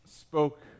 spoke